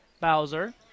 Bowser